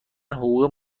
حقوق